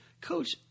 coach